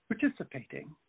participating